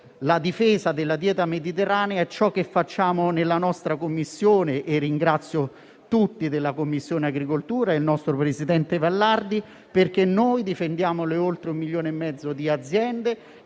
la difesa della dieta mediterranea, ciò che facciamo nella nostra Commissione, e ringrazio tutti i membri della Commissione agricoltura, a cominciare dal nostro presidente Vallardi, perché noi difendiamo le oltre 1,5 milioni di aziende